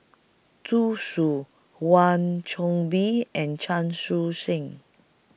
Zhu Xu Wan Soon Bee and Chan Chun Sing